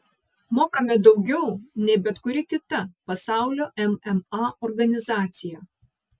mokame daugiau nei bet kuri kita pasaulio mma organizacija